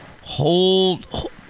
Hold